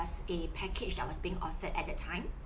as a package that was being offered at that time